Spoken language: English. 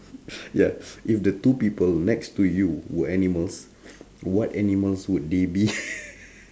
ya if the two people next to you were animals what animals would they be